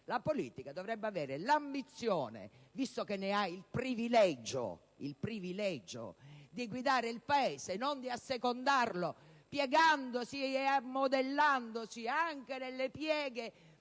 la politica dovrebbe avere l'ambizione - visto che ne ha il privilegio - di guidare il Paese, e non di assecondarlo piegandosi e modellandosi anche nelle pieghe